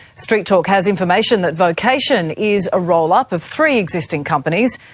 street talk has information that vocation is a roll-up of three existing companies,